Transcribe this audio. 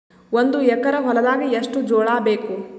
ಒಂದು ಎಕರ ಹೊಲದಾಗ ಎಷ್ಟು ಜೋಳಾಬೇಕು?